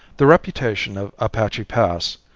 the reputation of apache pass,